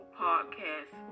podcast